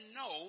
no